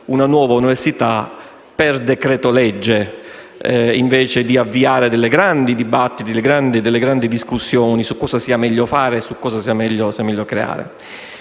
una nuova università per decreto-legge, invece di avviare grandi dibattiti e grandi discussioni su cosa sia meglio fare e sia meglio creare.